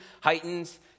heightens